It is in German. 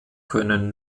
können